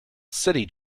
city